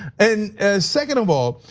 and second of all,